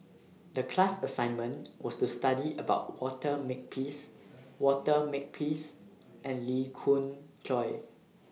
The class assignment was to study about Walter Makepeace Walter Makepeace and Lee Khoon Choy